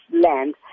land